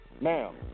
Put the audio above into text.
Ma'am